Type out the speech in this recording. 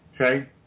Okay